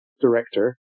director